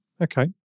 Okay